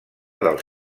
dels